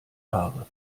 haare